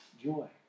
joy